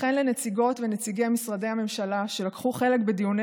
וכן לנציגות ונציגי משרדי הממשלה שלקחו חלק בדיוני